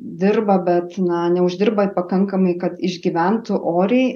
dirba bet na neuždirba pakankamai kad išgyventų oriai